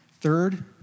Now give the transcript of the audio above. Third